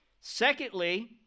Secondly